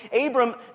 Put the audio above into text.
Abram